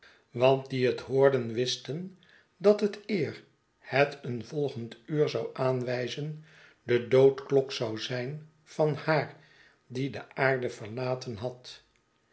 want die het hoorden wisten dat het eer het een volgend uur zou aanwijzen de doodklok zou zijn van haar die de aarde verlaten had